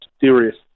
serious